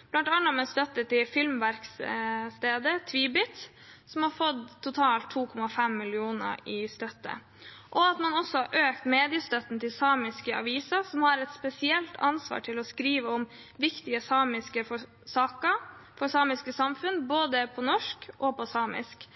med på å styrke dette, bl.a. med støtte til Filmveksthuset Tvibit, som har fått totalt 2,5 mill. kr i støtte. Man har også økt mediestøtten til samiske aviser, som har et spesielt ansvar for å skrive om viktige samiske saker for samiske samfunn på både norsk og samisk.